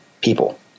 people